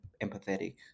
empathetic